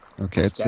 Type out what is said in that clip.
okay